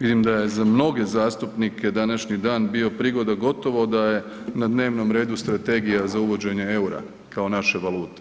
vidim da je za mnoge zastupnike današnji dan bio prigoda gotovo da je na dnevnom redu strategija za uvođenje eura kao naše valute.